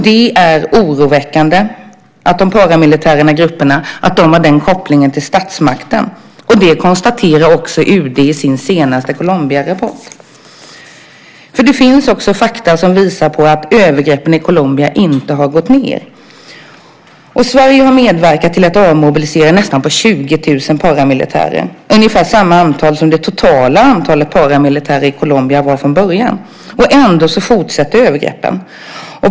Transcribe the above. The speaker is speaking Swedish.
Det är oroväckande att de paramilitära grupperna har den kopplingen till statsmakten, vilket också UD konstaterar i sin senaste Colombiarapport. Det finns nämligen fakta som visar att övergreppen i Colombia inte minskat. Sverige har medverkat till att avmobilisera nästan 20 000 paramilitärer. Det är ungefär lika många som det totala antalet paramilitärer i Colombia var från början. Ändå fortsätter övergreppen.